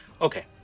okay